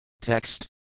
Text